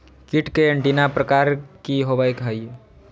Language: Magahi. कीट के एंटीना प्रकार कि होवय हैय?